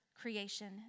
creation